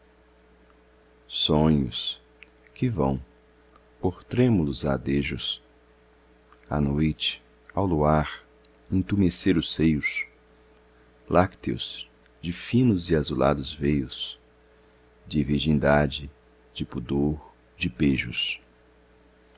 arpejos sonhos que vão por trêmulos adejos a noite ao luar intumescer os seios lácteos de finos e azulados veios de virgindade de pudor de pejos